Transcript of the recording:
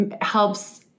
helps